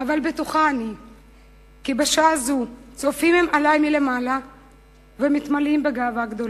אבל בטוחה אני כי בשעה זו צופים הם בי מלמעלה ומתמלאים גאווה גדולה.